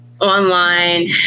online